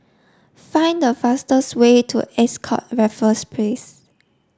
find the fastest way to Ascott Raffles Place